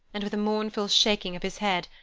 and with a mournful shaking of his head,